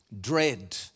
dread